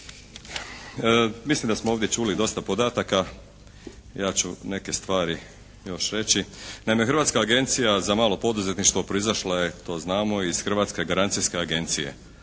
mislim da smo ovdje čuli dosta podataka. Ja ću neke stvari još reći. Naime, Hrvatska agencija za malo poduzetništvo proizašla je to znamo iz Hrvatske garancijske agencije,